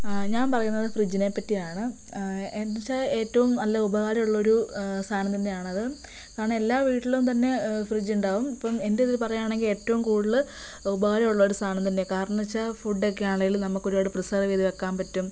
ആ ഞാൻ പറയുന്നത് ഫ്രിഡ്ജിനെപ്പറ്റിയാണ് എന്നുവെച്ചാൽ ഏറ്റവും നല്ല ഉപകാരമുള്ള ഒരു സാധനം തന്നെയാണത് കാരണം എല്ലാ വീട്ടിലും തന്നെ ഫ്രിഡ്ജ് ഉണ്ടാവും ഇപ്പോൾ എൻ്റെ ഇതിൽ പറയുകയാണെങ്കിൽ ഏറ്റവും കൂടുതൽ ഉപകാരമുള്ള ഒരു സാധനം തന്നെയാ കാരണമെന്നുവെച്ചാൽ ഫൂഡൊക്കെ ആണേലും നമുക്ക് ഒരുപാട് പ്രേസേർവ് ചെയ്ത് വെക്കാൻ പറ്റും